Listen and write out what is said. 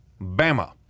Bama